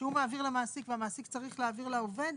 מעביר למעסיק והמעסיק צריך להעביר לעובד,